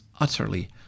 utterly